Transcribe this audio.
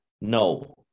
No